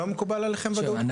לא מקובל עליכם ודאות קרובה?